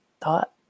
thought